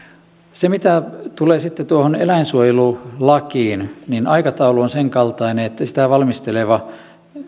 mitä tulee sitten tuohon eläinsuojelulakiin niin aikataulu on sen kaltainen että sitä valmisteleva